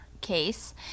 case